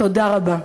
תודה רבה.